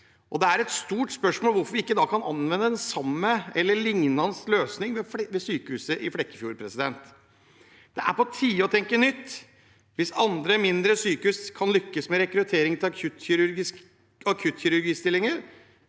Det er et stort spørsmål hvorfor vi ikke da kan anvende den samme eller en lignende løsning ved sykehuset i Flekkefjord. Det er på tide å tenke nytt hvis andre mindre sykehus kan lykkes med rekruttering til akutt kirurgistillinger.